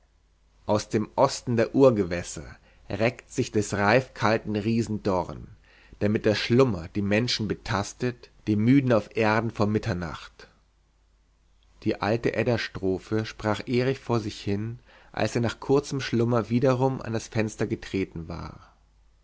aus dem osten der urgewässer reckt sich des reifkalten riesen dorn damit der schlummer die menschen betastet die müden auf erden vor mitternacht die alte eddastrophe sprach erich vor sich hin als er nach kurzem schlummer wiederum an das fenster getreten war